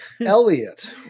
Elliot